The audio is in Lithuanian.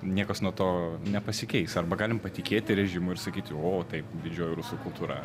niekas nuo to nepasikeis arba galim patikėti režimu ir sakyti o taip didžioji rusų kultūra